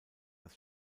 das